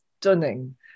stunning